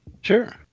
Sure